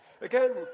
Again